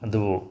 ꯑꯗꯨꯕꯨ